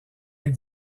est